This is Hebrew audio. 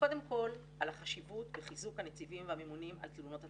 קודם כל על החשיבות בחיזוק הנציבים והממונים על תלונות הציבור.